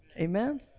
Amen